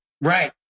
Right